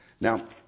Now